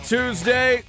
Tuesday